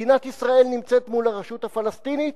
מדינת ישראל נמצאת מול הרשות הפלסטינית